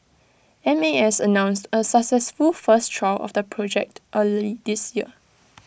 M A S announced A successful first trial of the project early this year